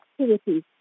activities